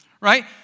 right